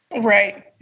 Right